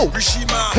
Rishima